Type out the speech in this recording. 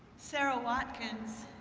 sara watkins,